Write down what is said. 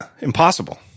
impossible